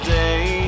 day